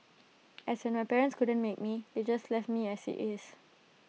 as when my parents couldn't make me they just left me as IT is